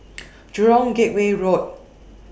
Jurong Gateway Road